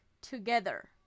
together